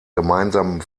gemeinsamen